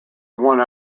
one